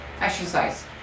exercise